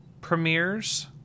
premieres